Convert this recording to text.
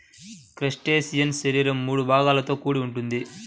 crustacean శరీరం మూడు విభాగాలతో కూడి ఉంటుంది